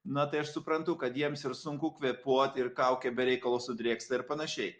na tai aš suprantu kad jiems ir sunku kvėpuoti ir kaukę be reikalo sudrėksta ir panašiai